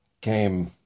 came